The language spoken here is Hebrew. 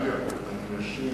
דליה, אני ישן,